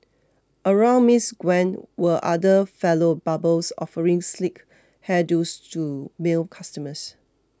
around Miss Gwen were other fellow barbers offering sleek hair do's to male customers